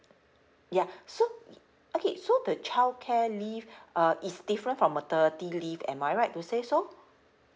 ya so okay so the childcare leave uh is different from maternity leave am I right to say so